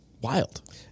wild